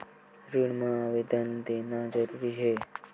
ऋण मा आवेदन देना जरूरी हे?